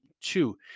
two